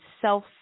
self